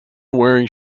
wearing